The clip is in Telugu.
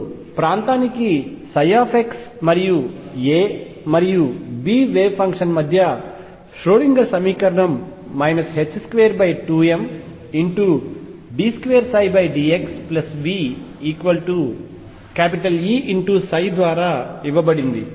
ఇప్పుడు ప్రాంతం x a మరియు b మధ్య వేవ్ ఫంక్షన్ ష్రోడింగర్ సమీకరణం 22md2dxVEψ ద్వారా ఇవ్వబడింది